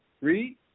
Read